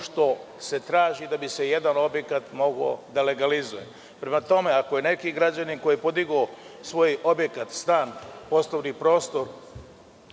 što se traži da bi se jedan objekat legalizovao. Prema tome, ako je neki građanin koji je podigao svoj objekat, stan, poslovni prostor